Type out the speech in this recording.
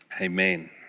amen